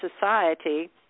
society